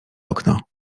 okno